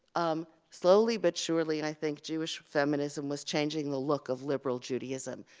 um, slowly but surely, and i think jewish feminism was changing the look of liberal judaism.